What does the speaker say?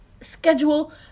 schedule